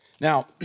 Now